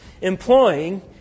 employing